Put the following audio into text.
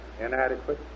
inadequate